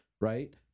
right